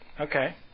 Okay